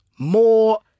More